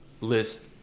list